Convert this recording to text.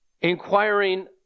inquiring